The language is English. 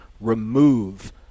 remove